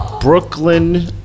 Brooklyn